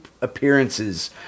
appearances